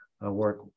work